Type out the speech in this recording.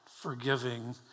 forgiving